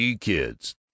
kids